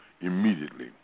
immediately